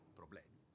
problemi